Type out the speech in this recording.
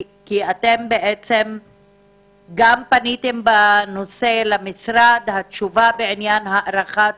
אתם גם פניתם בנושא למשרד, התשובה בעניין הארכת